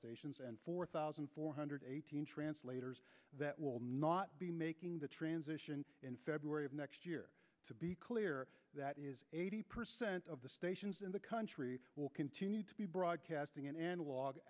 stations and four thousand four hundred eighteen translators that will not be making the transition in february to be clear that eighty percent of the stations in the country will continue to be broadcasting in analog